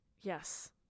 Yes